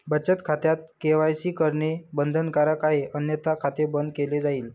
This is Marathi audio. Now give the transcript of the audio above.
बचत खात्यात के.वाय.सी करणे बंधनकारक आहे अन्यथा खाते बंद केले जाईल